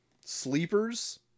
Sleepers